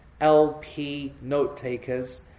lpnotetakers